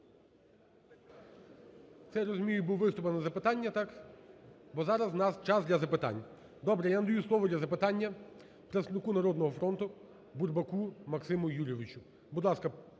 Це, я розумію, був виступ, а не запитання, так? Бо зараз у нас час для запитань. Добре, я надаю слово для запитання представнику "Народного фронту" Бурбаку Максиму Юрійовичу. Будь ласка,